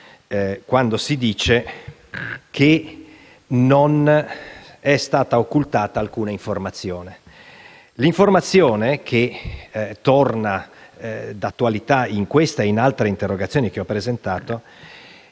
si dice che non è stata occultata alcuna informazione. L'informazione, che torna di attualità in questa come in altre interrogazioni che ho presentato,